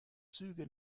züge